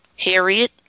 Harriet